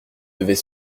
devait